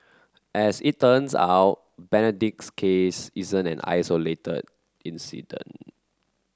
as it turns out Benedict's case isn't an isolated incident